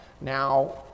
now